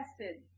tested